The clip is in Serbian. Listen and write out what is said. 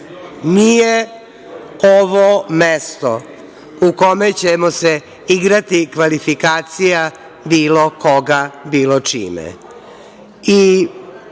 nije ovo mesto u kome ćemo se igrati kvalifikacija bilo koga, bilo čime. Moje